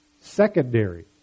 secondary